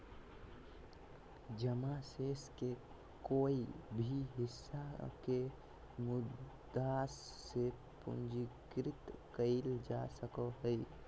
जमा शेष के कोय भी हिस्सा के मुद्दा से पूंजीकृत कइल जा सको हइ